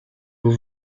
vous